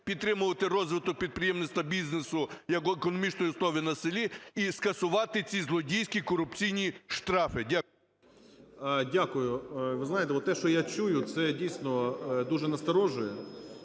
підтримувати розвиток підприємництва, бізнесу як економічної основи на селі і скасувати ці злодійські, корупційні штрафи. Дякую. 10:31:39 ГРОЙСМАН В.Б. Дякую. Ви знаєте, от те, що я чую, це, дійсно, дуже насторожує.